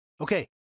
Okay